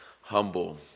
humble